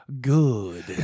Good